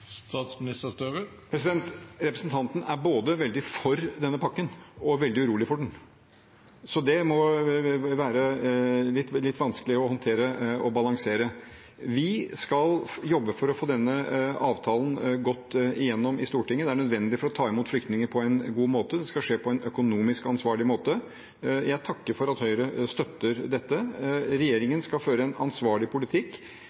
Representanten er både veldig for denne pakken og veldig urolig for den. Så det må være litt vanskelig å håndtere og balansere. Vi skal jobbe for å få denne avtalen godt igjennom i Stortinget. Det er nødvendig for å ta imot flyktninger på en god måte. Det skal skje på en økonomisk ansvarlig måte. Jeg takker for at Høyre støtter dette. Regjeringen skal føre en ansvarlig politikk.